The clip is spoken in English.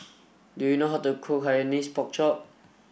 do you know how to cook Hainanese Pork Chop